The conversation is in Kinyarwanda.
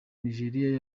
nigeria